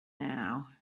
now